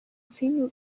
seem